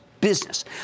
business